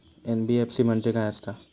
NBFC म्हणजे खाय आसत?